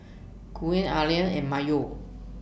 Quinn Allie and Mayo